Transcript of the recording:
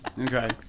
Okay